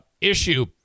issue